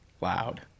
loud